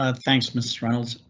ah thanks miss reynolds,